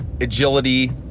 agility